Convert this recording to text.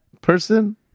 person